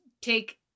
take